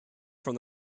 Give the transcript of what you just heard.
from